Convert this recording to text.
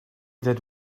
did